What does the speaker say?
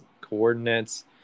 coordinates